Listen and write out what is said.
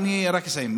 אני רק אסיים.